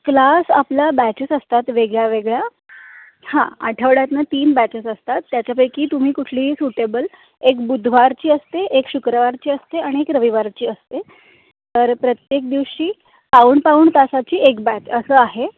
class आपला batches असतात वेगळ्यावेगळ्या हां आठवड्यातून तीन बॅचेस असतात त्याच्यापैकी तुम्ही कुठलीही सुटेबल एक बुधवारची असते एक शुक्रवारची असते आणि एक रविवारची असते तर प्रत्येक दिवशी पाऊण पाऊण तासाची एक बॅच असं आहे